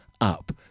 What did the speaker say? up